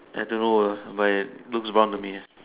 I don't know uh but it looks brown to me